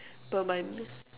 per month